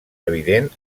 evident